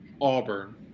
Auburn